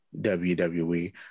wwe